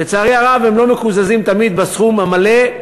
לצערי הרב, הם לא מקוזזים תמיד בסכום המלא,